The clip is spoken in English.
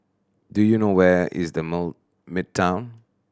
do you know where is The Midtown